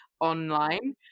online